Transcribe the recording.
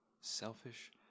selfish